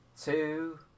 two